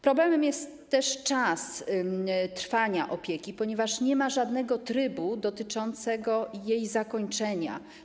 Problemem jest też czas trwania opieki, ponieważ nie ma żadnego trybu dotyczącego jej zakończenia.